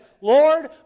Lord